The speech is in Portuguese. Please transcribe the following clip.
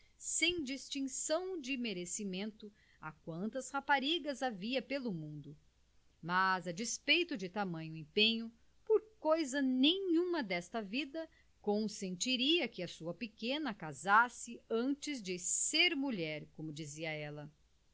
sem distinção de merecimento a quantas raparigas havia pelo mundo mas a despeito de tamanho empenho por coisa nenhuma desta vida consentiria que a sua pequena casasse antes de ser mulher como dizia ela